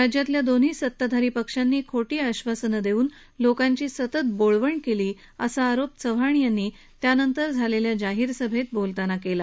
राज्यातल्या दोन्ही सताधारी पक्षांनी खोटी आश्वासनं देऊन लोकांची सतत बोळवण केली असा आरोप चव्हाण यांनी त्यानंतर झालेल्या जाहीर सभेत बोलतांना केला